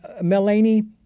Melanie